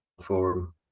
forum